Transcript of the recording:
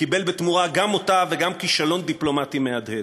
וקיבל בתמורה גם אותה וגם כישלון דיפלומטי מהדהד.